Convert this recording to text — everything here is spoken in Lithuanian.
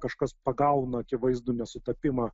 kažkas pagauna akivaizdų nesutapimą